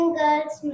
girls